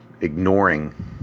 ignoring